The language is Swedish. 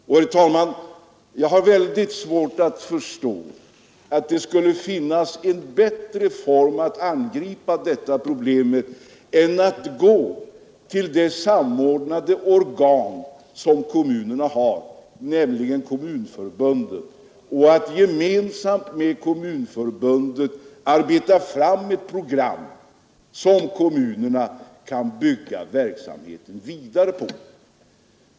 5 Herr talman! Jag har mycket svårt att förstå att det skulle finnas en bättre form för konsumentverket att angripa detta problem än att vända sig till det samordnande organ som kommunerna har, nämligen Kommunförbundet, och att gemensamt med detta arbeta fram ett program som kommunerna kan bygga verksamheten vidare på.